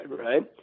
Right